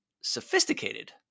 sophisticated